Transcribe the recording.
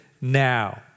now